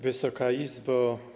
Wysoka Izbo!